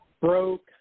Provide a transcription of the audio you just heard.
broke